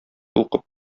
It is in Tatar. укып